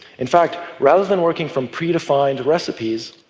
in fact, rather than working from predefined recipes,